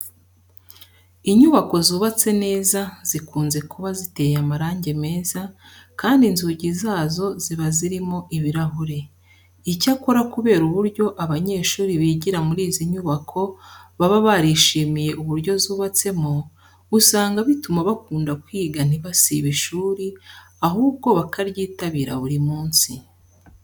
Inyubako zubatse neza zikunze kuba ziteye amarange meza kandi inzugi zazo ziba zirimo ibirahure. Icyakora kubera uburyo abanyeshuri bigira muri izi nyubako baba barishimiye uburyo zubatsemo, usanga bituma bakunda kwiga ntibasibe ishuri ahubwo bakaryitabira buri munsi.